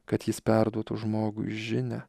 kad jis perduotų žmogui žinią